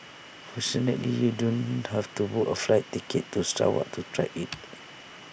fortunately you don't have to book A flight ticket to Sarawak to try IT